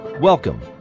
Welcome